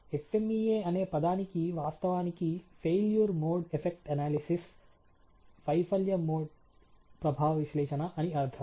FMEA అనే పదానికి వాస్తవానికి failure mode effect analysis failure mode effect analysis వైఫల్యం మోడ్ ప్రభావ విశ్లేషణ అని అర్ధం